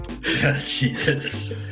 Jesus